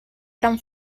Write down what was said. gran